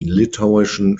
litauischen